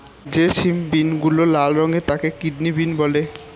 যে সিম বিনগুলো লাল রঙের তাকে কিডনি বিন বলে